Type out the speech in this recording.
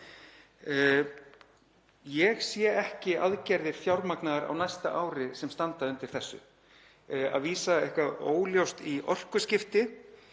Ég sé ekki aðgerðir fjármagnaðar á næsta ári sem standa undir þessu. Það að vísa eitthvað óljóst í orkuskipti